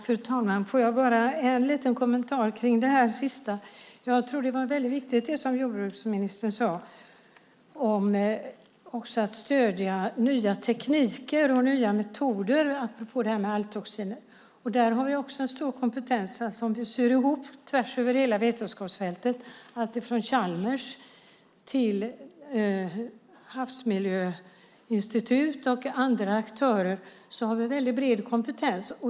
Fru talman! Jag ska bara göra en liten kommentar när det gäller det sista som jordbruksministern sade. Jag tror att det som han sade om att också stödja nya tekniker och nya metoder är väldigt viktigt apropå algtoxiner. Där har vi också en stor kompetens om man så att säga syr ihop detta tvärsöver hela vetenskapsfältet. Från Chalmers till havsmiljöinstitut och andra aktörer har vi en väldigt bred kompetens.